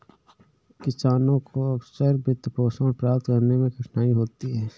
किसानों को अक्सर वित्तपोषण प्राप्त करने में कठिनाई होती है